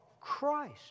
Christ